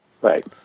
Right